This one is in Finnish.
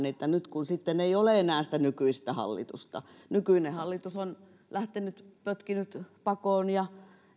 että nyt kun sitten ei ole enää sitä nykyistä hallitusta nykyinen hallitus on lähtenyt pötkinyt pakoon